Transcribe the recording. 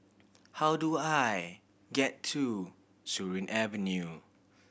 how do I get to Surin Avenue